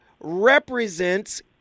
represents